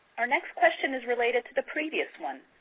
our next question is related to the previous one.